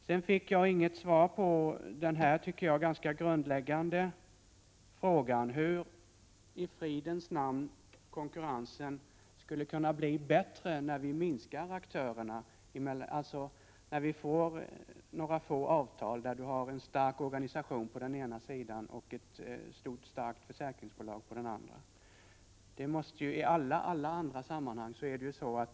Jag fick inget svar på den grundläggande frågan hur konkurrensen skulle 44 kunna bli bättre med färre aktörer, dvs. när det finns några få avtal, med en stark organisation på den ena sidan och ett stort försäkringsbolag på den andra.